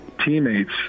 Teammates